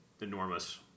enormous